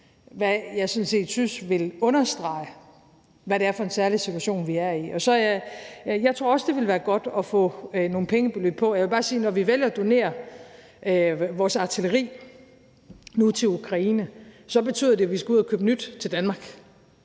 sådan set synes ville understrege, hvad det er for en særlig situation, vi er i. Jeg tror også, det ville være godt at få nogle pengebeløb på, og jeg vil bare sige, at når vi vælger at donere vores artilleri til Ukraine nu, så betyder det, at vi skal ud og købe nyt til Danmark.